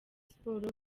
siporo